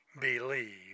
believe